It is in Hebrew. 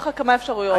יש לך כמה אפשרויות.